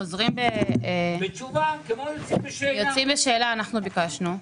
לגבי היוצאים בשאלה, אנחנו ביקשנו.